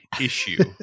issue